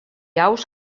aus